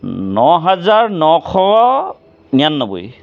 ন হাজাৰ নশ নিৰান্নব্বৈ